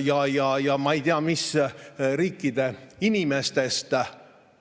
ja ma ei tea, mis riikide inimestest?